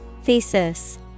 Thesis